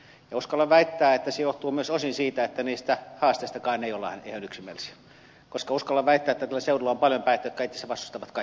uskallan väittää että se johtuu myös osin siitä että niistä haasteistakaan ei olla ihan yksimielisiä koska uskallan väittää että tällä seudulla on paljon päättäjiä jotka itse asiassa vastustavat kaikkia ratkaisuja